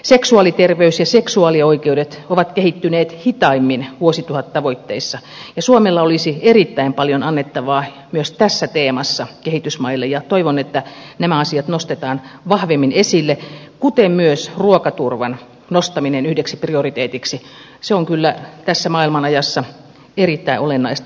seksuaaliterveys ja seksuaalioikeudet ovat kehittyneet hitaimmin vuosituhattavoitteissa ja suomella olisi erittäin paljon annettavaa myös tässä teemassa kehitysmaille ja toivon että nämä asiat nostetaan vahvemmin esille kuten myös ruokaturvan nostaminen yhdeksi prioriteetiksi se on kyllä tässä maailmanajassa erittäin olennaista